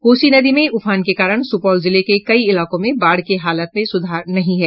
कोसी नदी में उफान के कारण सुपौल जिले के कई इलाकों में बाढ़ के हालात में सुधार नहीं है